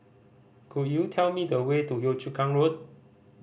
could you tell me the way to Yio Chu Kang Road